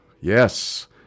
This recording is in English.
Yes